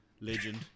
Legend